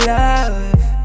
love